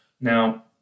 Now